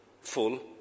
full